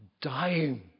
dying